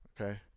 okay